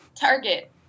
Target